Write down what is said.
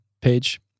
page